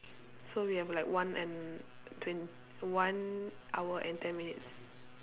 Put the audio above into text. so we have like one and twen~ one hour and ten minutes